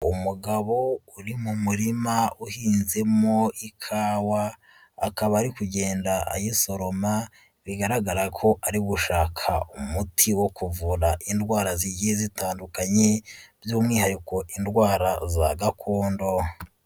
Umugabo uri mu murima uhinzemo ikawa, akaba ari kugenda ayisoroma bigaragara ko ari gushaka umuti wo kuvura indwara zigiye zitandukanye by'umwihariko indwara za gakondo.